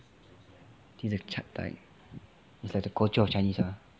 it's like the culture of chinese lah